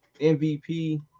MVP